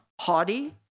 haughty